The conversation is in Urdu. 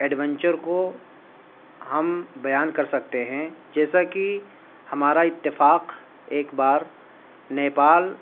ایڈوینچر کو ہم بیان کر سکتے ہیں جیسا کہ ہمارا اتفاق ایک بار نیپال